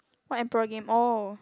what emperor game oh